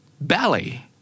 Ballet